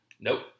Nope